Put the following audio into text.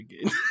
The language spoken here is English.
again